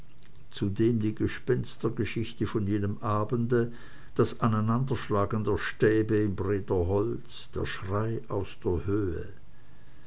zudem die gespenstergeschichte von jenem abende das aneinanderschlagen der stäbe im brederholz der schrei aus der höhe